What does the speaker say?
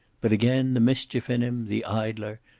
but again the mischief in him, the idler,